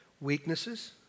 weaknesses